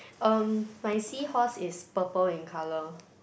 um my seahorse is purple in colour